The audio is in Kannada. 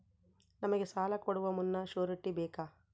ನಮಗೆ ಸಾಲ ಕೊಡುವ ಮುನ್ನ ಶ್ಯೂರುಟಿ ಬೇಕಾ?